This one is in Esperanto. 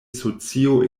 socio